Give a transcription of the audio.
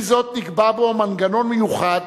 עם זאת נקבע בו מנגנון מיוחד